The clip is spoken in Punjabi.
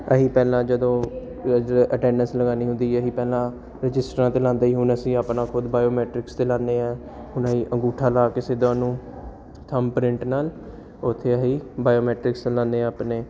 ਅਸੀਂ ਪਹਿਲਾਂ ਜਦੋਂ ਅ ਜਦੋਂ ਅਟੈਂਡੈਂਸ ਲਗਾਉਣੀ ਹੁੰਦੀ ਅਸੀਂ ਪਹਿਲਾਂ ਰਜਿਸਟਰਾਂ 'ਤੇ ਲਾਉਂਦੇ ਸੀ ਹੁਣ ਅਸੀਂ ਆਪਣਾ ਖੁਦ ਬਾਇਓਮੈਟ੍ਰਿਕਸ 'ਤੇ ਲਾਉਂਦੇ ਹੈ ਹੁਣ ਅਸੀਂ ਅੰਗੂਠਾ ਲਾ ਕੇ ਸਿੱਧਾ ਉਹਨੂੰ ਥੰਬ ਪ੍ਰਿੰਟ ਨਾਲ ਉੱਥੇ ਅਸੀਂ ਬਾਇਓਮੈਟ੍ਰਿਕਸ ਲਾਉਂਦੇ ਹਾਂ ਆਪਣੇ